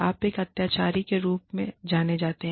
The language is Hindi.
आप एक अत्याचारी के रूप में जाने जाते हैं